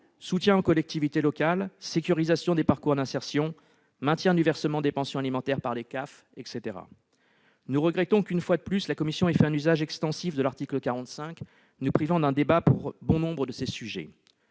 soutien aux collectivités locales, sécurisation des parcours d'insertion, maintien du versement des pensions alimentaires par les CAF, etc. Nous regrettons que la commission ait, une fois de plus, fait un usage extensif de l'article 45 de la Constitution, nous privant d'un débat sur bon nombre de ces sujets.